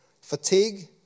fatigue